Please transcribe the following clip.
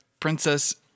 Princess